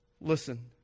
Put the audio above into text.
Listen